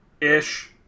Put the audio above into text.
Ish